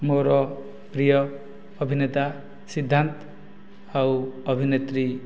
ମୋର ପ୍ରିୟ ଅଭିନେତା ସିଦ୍ଧାନ୍ତ ଆଉ ଅଭିନେତ୍ରୀ